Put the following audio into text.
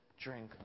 drink